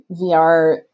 VR